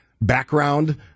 background